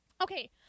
Okay